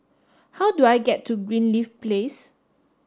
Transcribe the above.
how do I get to Greenleaf Place